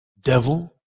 Devil